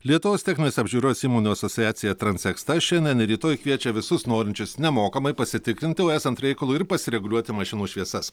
lietuvos techninės apžiūros įmonių asociacija transeksta šiandien ir rytoj kviečia visus norinčius nemokamai pasitikrinti o esant reikalui ir pasireguliuoti mašinų šviesas